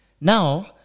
Now